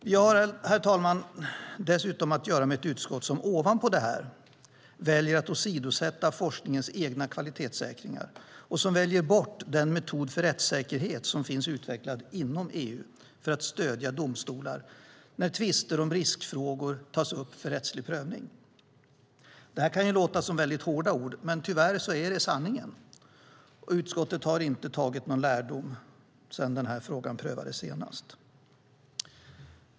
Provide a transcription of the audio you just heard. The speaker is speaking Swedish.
Vi har, herr talman, dessutom att göra med ett utskott som ovanpå detta väljer att åsidosätta forskningens egna kvalitetssäkringar och som väljer bort den metod för rättssäkerhet som finns utvecklad inom EU för att stödja domstolar när tvister om riskfrågor tas upp för rättslig prövning. Det kan låta som hårda ord, men det är tyvärr sanningen. Utskottet har inte tagit någon lärdom sedan frågan prövades senast.